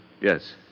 Yes